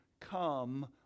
come